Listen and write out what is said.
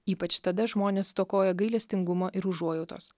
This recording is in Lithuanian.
ypač tada žmonės stokoja gailestingumo ir užuojautos